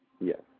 Yes